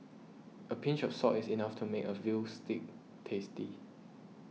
a pinch of salt is enough to make a Veal Stew tasty